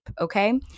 okay